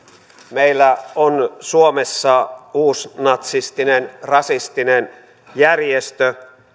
meillä on suomessa uusnatsistinen rasistinen järjestö